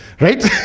Right